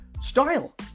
style